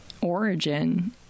origin